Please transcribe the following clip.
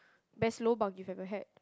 best lobang you've ever had